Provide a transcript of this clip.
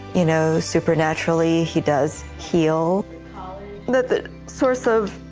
you know, supernaturally. he does heal. but the source of